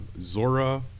Zora